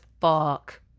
fuck